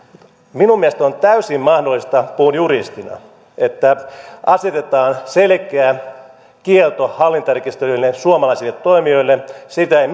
minun mielestä on täysin mahdollista puhun juristina että asetetaan selkeä kielto hallintarekisteröinnille suomalaisille toimijoille sitä ei